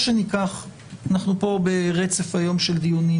או אנחנו פה היום ברצף של דיונים,